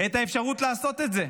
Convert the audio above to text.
את האפשרות לעשות את זה.